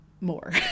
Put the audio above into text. more